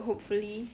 hopefully